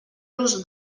los